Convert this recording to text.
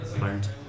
learned